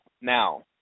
now